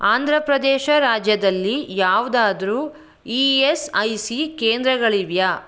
ಆಂಧ್ರ ಪ್ರದೇಶ ರಾಜ್ಯದಲ್ಲಿ ಯಾವುದಾದ್ರೂ E S I C ಕೇಂದ್ರಗಳಿವೆಯಾ